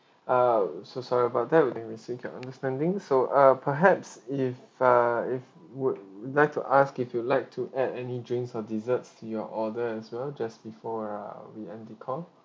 oh so sorry about that and we seek your understanding so uh perhaps if err if would like to ask if you'd like to add any drinks or desserts to your order as well just before err we end the call